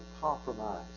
compromise